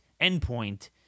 endpoint